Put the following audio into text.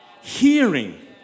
Hearing